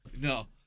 No